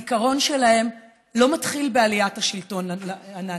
הזיכרון שלהן לא מתחיל בעליית השלטון הנאצי,